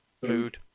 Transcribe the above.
food